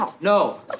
No